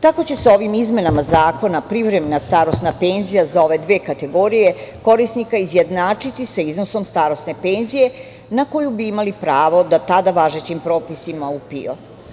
Tako će se ovim izmenama Zakona privremena starosna penzija za ove dve kategorije korisnika izjednačiti sa iznosom starosne penzije na koju bi imali pravo prema do tada važećim propisima o PIO.